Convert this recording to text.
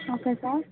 okay sir